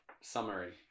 summary